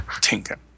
Tinker